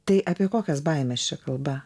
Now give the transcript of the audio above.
tai apie kokias baimes čia kalba